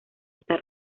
esta